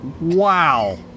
wow